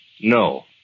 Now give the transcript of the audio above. No